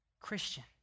Christian